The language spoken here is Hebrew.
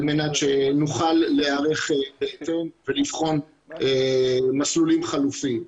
מנת שנוכל להיערך בהתאם ולבחון מסלולים חלופיים.